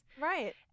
Right